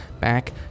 Back